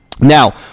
Now